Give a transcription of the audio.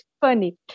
funny